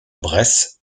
bresse